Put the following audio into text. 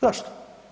Zašto?